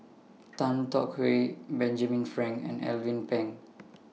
Tan Tong Hye Benjamin Frank and Alvin Pang